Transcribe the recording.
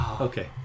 Okay